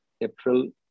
April